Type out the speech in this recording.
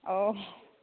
अ'